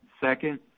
Second